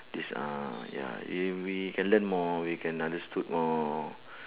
is ah ya in we can learn more we can understood more